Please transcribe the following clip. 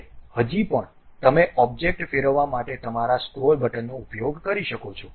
હવે હજી પણ તમે ઓબ્જેક્ટ ફેરવવા માટે તમારા સ્ક્રોલ બટનનો ઉપયોગ કરી શકો છો